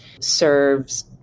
serves